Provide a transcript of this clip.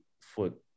foot